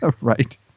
Right